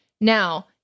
now